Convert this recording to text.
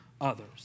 others